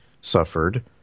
suffered